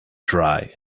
dry